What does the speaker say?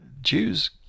Jews